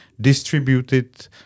distributed